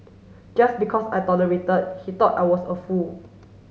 just because I tolerated he thought I was a fool